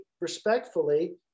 respectfully